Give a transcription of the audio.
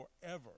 forever